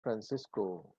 francisco